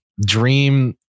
Dream